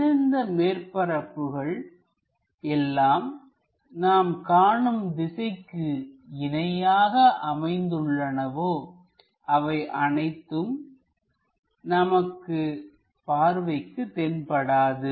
எந்தெந்த மேற்பரப்புகள் எல்லாம் நாம் காணும் திசைக்கு இணையாக அமைந்துள்ளனவோ அவை அனைத்தும் நமக்கு பார்வைக்கு தென்படாது